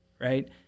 right